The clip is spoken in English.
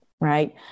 right